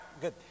good